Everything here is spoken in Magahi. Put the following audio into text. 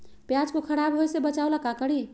प्याज को खराब होय से बचाव ला का करी?